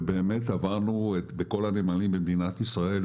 ובאמת עברנו בכל הנמלים במדינת ישראל.